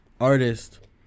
artist